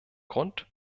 grund